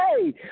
hey